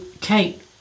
Kate